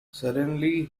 suddenly